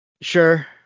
Sure